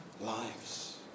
lives